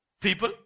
people